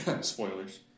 Spoilers